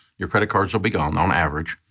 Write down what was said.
your credit cards will be gone, on average.